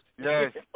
Yes